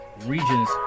regions